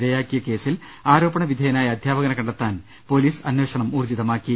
ഇരയാക്കിയ കേസിൽ ആരോപണ വിധേയനായ അധ്യാപകനെ കണ്ടെത്താൻ പൊലീസ് അന്വേഷണം ഊർജ്ജിതമാക്കി